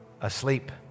asleep